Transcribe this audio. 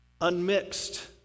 unmixed